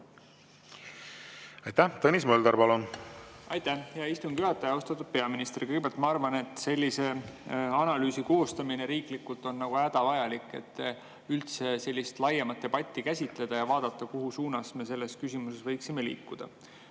Aitäh! Tõnis Mölder, palun! Aitäh, hea istungi juhataja! Austatud peaminister! Kõigepealt, ma arvan, et sellise analüüsi koostamine riiklikult on hädavajalik, et üldse sellist laiemat debatti [pidada] ja vaadata, mis suunas me selles küsimuses võiksime liikuda.